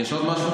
עוד משהו?